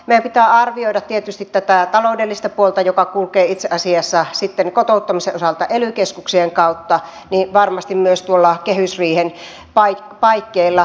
meidän pitää tietysti arvioida tätä taloudellista puolta joka kulkee itse asiassa kotouttamisen osalta ely keskuksien kautta varmasti myös tuolla kehysriihen paikkeilla